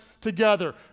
together